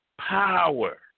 power